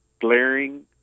glaring